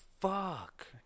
fuck